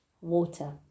water